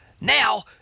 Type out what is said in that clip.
Now